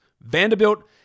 Vanderbilt